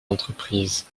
entreprises